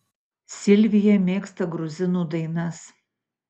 silvija mėgsta gruzinų dainas